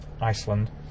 iceland